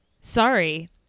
Sorry